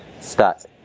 start